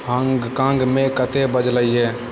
हॉन्गकॉन्गमे कते बजलैए